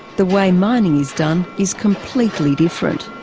the way mining is done is completely different.